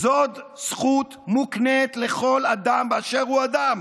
זאת זכות מוקנית לכל אדם באשר הוא אדם,